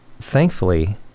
thankfully